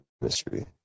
mystery